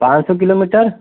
पान सौ किलोमीटर